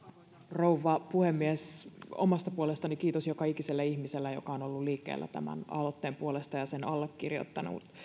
rouva puhemies omasta puolestani kiitos joka ikiselle ihmiselle joka on ollut liikkeellä tämän aloitteen puolesta ja sen allekirjoittanut